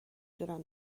دونم